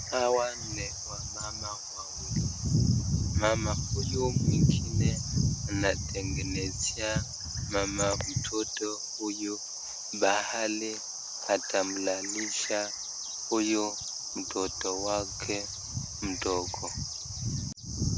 Hawa ni wamama wawili, mama huyu mwingine anatengenezea mama mtoto, mahali atamlalisha huyo mtoto wake mdogo.